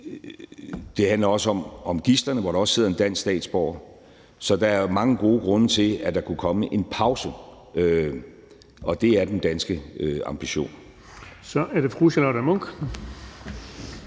Det handler også om gidslerne, som der også sidder en dansk statsborger iblandt. Så der er mange gode grunde til, at der kunne komme en pause, og det er den danske ambition.